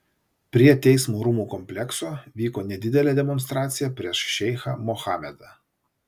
prie teismo rūmų komplekso vyko nedidelė demonstracija prieš šeichą mohamedą